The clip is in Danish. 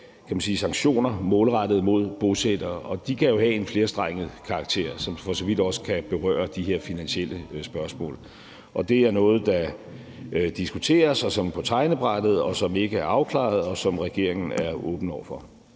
kan man sige, sanktioner målrettet mod bosættere, og de kan jo have en flerstrenget karakter, som for så vidt også kan berøre de her finansielle spørgsmål. Det er noget, der diskuteres, og som er på tegnebrættet, og som ikke er afklaret, og som regeringen er åben over for.